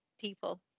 people